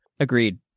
Agreed